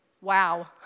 Wow